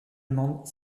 allemande